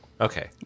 Okay